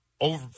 Over